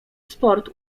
sport